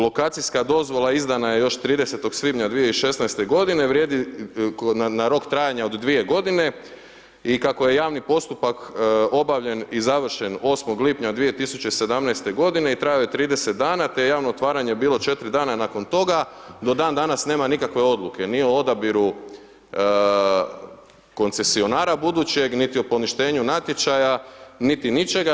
Lokacijska dozvola izdana je još 30. svibnja 2016.g., vrijedi na rok trajanja od dvije godine i kako je javni postupak obavljen i završen 8. lipnja 2017.g. i trajao je 30 dana, te je javno otvaranje bilo 4 dana nakon toga, do dan danas nema nikakve odluke, ni o odabiru koncesionara budućeg, niti o poništenju natječaja, niti ničega.